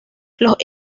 los